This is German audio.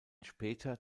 später